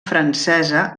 francesa